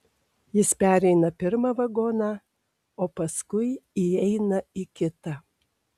jis pereina pirmą vagoną o paskui įeina į kitą